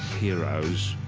heroes.